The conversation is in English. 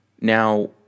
now